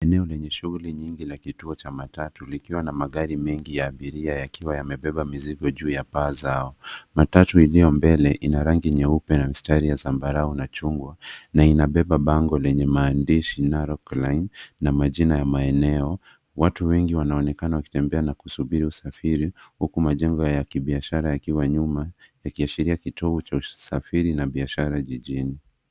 Eneo lenye shughuli nyingi la kituo cha matatu likiwa na magari mengi ya abiria yakiwa yamebeba mizigo juu ya paa zao. Matatu iliyo mbele ina rangi nyeupe na mstari ya zambarau na chungwa na inabeba bango lenye maandishi Narok Line na majina ya maeneo. Watu wengi wanaonekana wakitembea na kusubiri usafiri huku majengo ya kibiashara yakiwa nyuma, yakiashiria kitovu cha usafiri na biashara jijini.